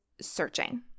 searching